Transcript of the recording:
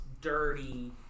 dirty